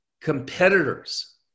competitors